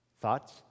Thoughts